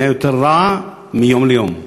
הוא נהיה יותר רע מיום ליום.